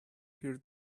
here